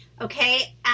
Okay